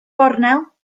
gornel